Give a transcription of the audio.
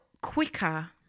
quicker